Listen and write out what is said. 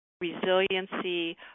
resiliency